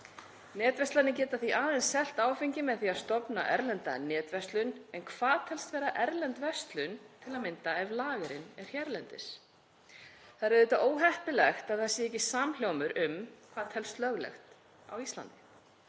Netverslanir geta því aðeins selt áfengi með því að stofna erlenda netverslun. En hvað telst vera erlend verslun til að mynda ef lagerinn er hérlendis? Það er auðvitað óheppilegt að það sé ekki samhljómur um hvað telst löglegt á Íslandi.